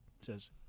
says